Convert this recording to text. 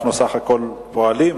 אנחנו בסך הכול פועלים.